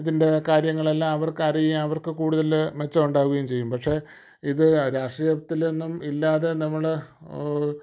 ഇതിൻ്റെ കാര്യങ്ങളെല്ലാം അവർക്ക് അറിയാം അവർക്ക് കൂടുതൽ മെച്ചമുണ്ടാവുകയും ചെയ്യും പക്ഷേ ഇത് രാഷ്ട്രീയത്തിലൊന്നും ഇല്ലാതെ നമ്മൾ